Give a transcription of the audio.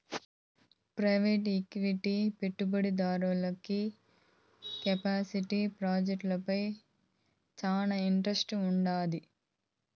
private equity పెట్టుబడిదారుడికి crypto ప్రాజెక్టులపై శానా ఇంట్రెస్ట్ వుండాది